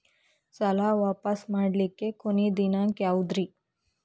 ಸಾಲಾ ವಾಪಸ್ ಮಾಡ್ಲಿಕ್ಕೆ ಕೊನಿ ದಿನಾಂಕ ಯಾವುದ್ರಿ?